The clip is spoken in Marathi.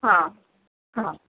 हां हां